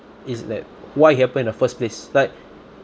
is that why it happened in the first place like